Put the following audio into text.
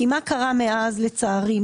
כי מה קרה מאז לצערי,